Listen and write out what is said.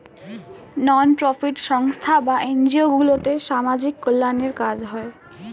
নন profit সংস্থা বা NGO গুলোতে সামাজিক কল্যাণের কাজ হয়